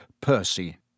Percy